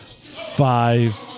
Five